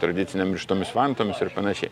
tradicinėm ir šitomis vantomis ir panašiai